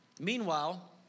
Meanwhile